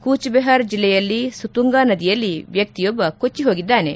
ಕೂಚ್ ಬೆಹಾರ್ ಜಿಲ್ಲೆಯಲ್ಲಿ ಸುತುಂಗಾ ನದಿಯಲ್ಲಿ ವ್ಯಕ್ತಿಯೊಬ್ಬ ಕೊಚ್ಚಿಹೋಗಿದ್ದಾನೆ